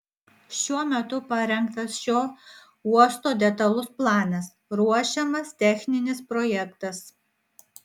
šiuo metu parengtas šio uosto detalus planas ruošiamas techninis projektas